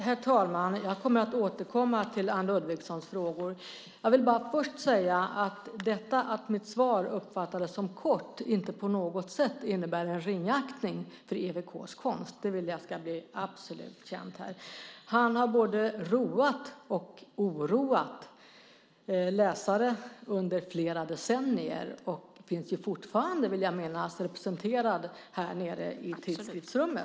Herr talman! Jag kommer att återkomma till Anne Ludvigssons frågor. Jag vill bara först säga att detta att mitt svar uppfattades som kort inte på något sätt innebär ett ringaktning för EWK:s konst - det vill jag ska bli absolut känt här. Han har både roat och oroat läsare under flera decennier och finns fortfarande, vill jag minnas, representerad här i riksdagen, nere i tidskriftsrummet.